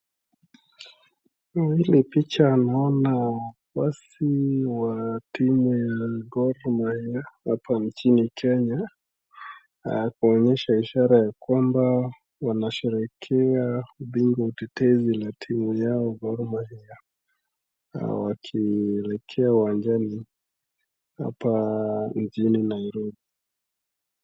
Hii ni picha naona wafuasi wa timu ya Gor Mahia hapa nchini Kenya, kuonyesha ishara ya kwamba wanasherehekea ubingwa utetezi la timu yao Gor Mahia. Wakielekea uwanjani hapa mjini Nairobi.